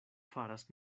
faras